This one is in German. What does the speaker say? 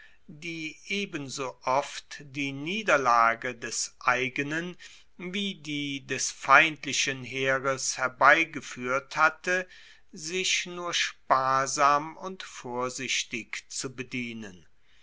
die ebenso oft die niederlage des eigenen wie die des feindlichen heeres herbeigefuehrt hatte sich nur sparsam und vorsichtig zu bedienen